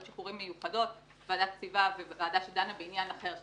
שחרורים מיוחדות: ועדת קציבה וועדה שדנה בעניין של אחר,